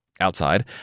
Outside